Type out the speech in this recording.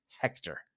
Hector